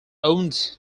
owned